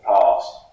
past